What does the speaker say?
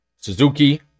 Suzuki